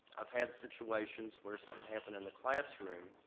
i've had situations where something happened in the classroom,